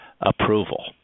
approval